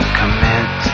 commit